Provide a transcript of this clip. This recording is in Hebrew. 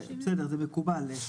וזה מקובל.